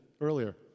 earlier